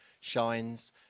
shines